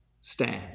stand